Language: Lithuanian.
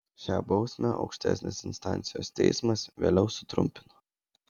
šią bausmę aukštesnės instancijos teismas vėliau sutrumpino